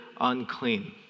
unclean